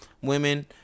women